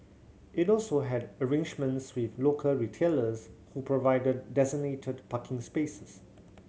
it also had arrangements with local retailers who provided designated parking spaces